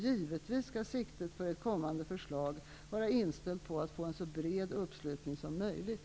Givetvis skall siktet för ett kommande förslag vara inställt på att få en så bred uppslutning som möjligt.